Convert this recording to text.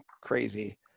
crazy